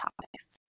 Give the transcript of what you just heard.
topics